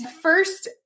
First